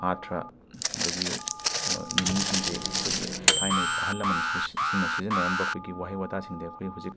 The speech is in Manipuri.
ꯑꯥꯔꯊ꯭ꯔ ꯑꯗꯒꯤ ꯃꯤꯅꯤꯡꯁꯤꯡꯁꯦ ꯑꯈꯣꯏꯒꯤ ꯊꯥꯏꯅꯒꯤ ꯑꯍꯟ ꯂꯃꯟꯁꯤꯡꯅ ꯁꯤꯖꯤꯟꯅꯔꯝꯕ ꯑꯩꯈꯣꯏꯒꯤ ꯋꯥꯍꯩ ꯋꯥꯇꯥꯁꯤꯡꯁꯦ ꯍꯧꯖꯤꯛ ꯀꯩꯅꯣꯗ